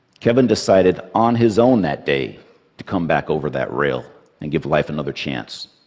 kevin decided on his own that day to come back over that rail and give life another chance.